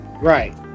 right